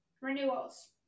renewals